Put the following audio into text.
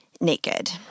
naked